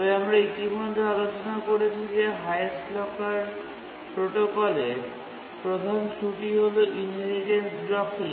তবে আমরা ইতিমধ্যে আলোচনা করেছি যে হাইয়েস্ট লকার প্রোটোকলের প্রধান ত্রুটি হল ইনহেরিটেন্স ব্লকিং